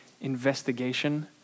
investigation